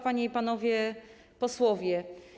Panie i Panowie Posłowie!